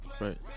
Right